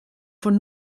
von